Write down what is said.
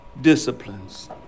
Disciplines